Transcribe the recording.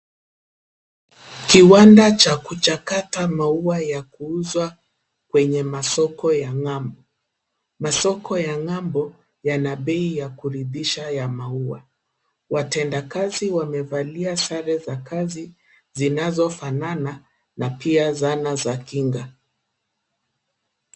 Kiwanda cha kuchakata maua ya kuuzwa, kwenye masoko ya ng'ambo. Masoko ya ng'ambo, yana bei ya kuridhisha ya maua. Watendakazi wamevalia sare za kazi, zinazofanana, na pia zana za kinga.